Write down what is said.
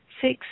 Six